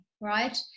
right